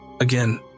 Again